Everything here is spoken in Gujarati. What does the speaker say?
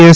એસ